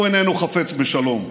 הוא איננו חפץ בשלום.